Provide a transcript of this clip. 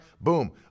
Boom